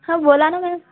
हा बोला ना मॅम